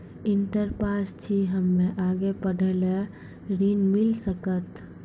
Inter pass छी हम्मे आगे पढ़े ला ऋण मिल सकत?